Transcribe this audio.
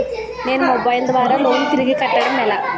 నేను మొబైల్ ద్వారా లోన్ తిరిగి కట్టడం ఎలా?